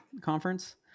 Conference